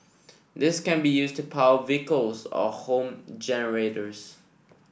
this can be used to power vehicles or home generators